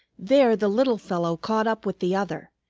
there the little fellow caught up with the other,